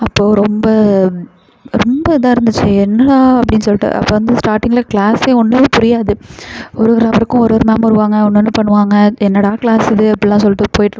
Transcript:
அப்போது ரொம்ப ரொம்ப இதாக இருந்துச்சு என்னடா அப்படின்னு சொல்லிட்டு அப்போது வந்து ஸ்டார்டிங்கில் க்ளாஸே ஒன்றுமே புரியாது ஒரு ஒரு ஹவருக்கும் ஒரு ஒரு மேம் வருவாங்க ஒன்று ஒன்று பண்ணுவாங்க என்னடா க்ளாஸ் இது அப்படிலாம் சொல்லிட்டு போயிட்டிருக்கும்